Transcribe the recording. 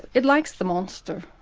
it likes the monster,